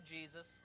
Jesus